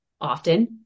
often